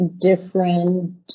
different